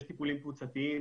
יש טיפולים קבוצתיים,